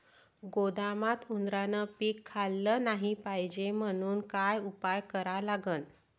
गोदामात उंदरायनं पीक खाल्लं नाही पायजे म्हनून का उपाय करा लागन?